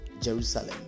Jerusalem